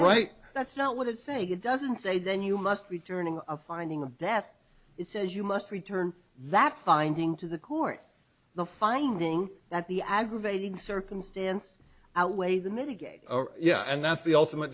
right that's not what it's saying it doesn't say then you must be turning a finding of death it says you must return that finding to the court the finding that the aggravating circumstance outweigh the mitigate yeah and that's the ultimate